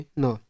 no